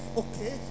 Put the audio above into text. okay